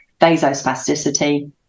vasospasticity